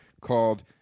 called